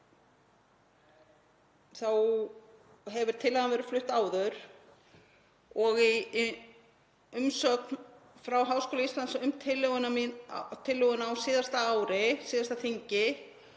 hefur tillagan verið flutt áður. Í umsögn frá Háskóla Íslands um tillöguna á síðasta ári, frá síðasta þingi,